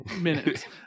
minutes